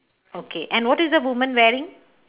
okay and what is the woman wearing